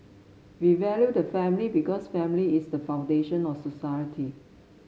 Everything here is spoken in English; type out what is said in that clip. we value the family because family is the foundation of society